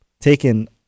taken